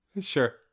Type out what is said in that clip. Sure